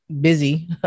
Busy